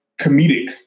comedic